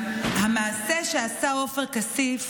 המעשה שעשה עופר כסיף